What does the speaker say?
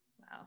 Wow